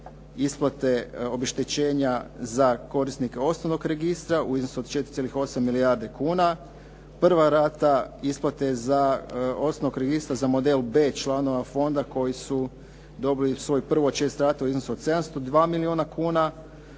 isplate obeštećenja za korisnike osnovnog registra u iznosu od 4,8 milijardi kuna. Prva rata isplate za, osnovnog registra za model B članova fonda koji su dobili svoju prvu od 6 rata u iznosu od 702 milijuna kuna.